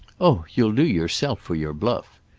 oh you'll do yourself for your bluff.